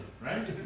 Right